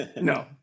No